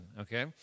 Okay